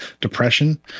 depression